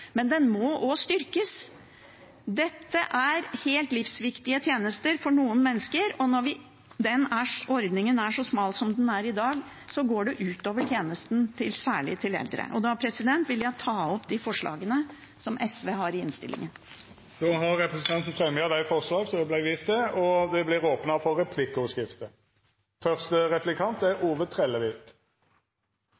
den må også styrkes. Dette er helt livsviktige tjenester for noen mennesker, og når ordningen er så smal som den er i dag, går det ut over tjenesten, særlig til eldre. Da vil jeg ta opp de forslagene SV har i innstillingen. Representanten Karin Andersen har teke opp dei forslaga ho viste til. Det vert replikkordskifte. Den 11. mars erklærte WHO pandemi. Den 12. mars stengde Erna Solberg og